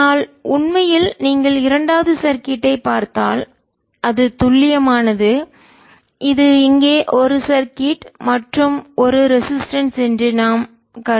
ஆனால் உண்மையில் நீங்கள் இரண்டாவது சர்கிட் ஐ சுற்று பார்த்தால் அது துல்லியமானது இது இங்கே ஒரு சர்கிட் சுற்று மற்றும் ஒரு ரெசிஸ்டன்ஸ் தடை என்று நான் கருதலாம்